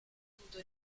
potuto